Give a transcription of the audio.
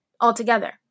altogether